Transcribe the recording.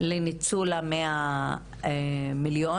לניצול ה-100 מיליון?